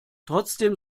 trotzdem